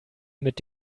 mit